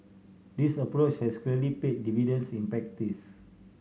this approach has clearly paid dividends in practice